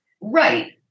Right